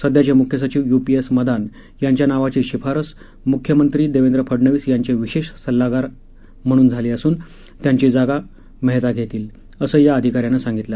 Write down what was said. सध्याचे मुख्य सचीव यु पी एस मदान यांच्या नावाची शिफारस मुख्यमंत्री देवेंद्र फडणवीस यांचे विशेष सल्लागार म्हणून झाली असून त्यांची जागा मेहता घेतील असं या अधिका यानं सांगितलं